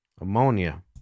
Ammonia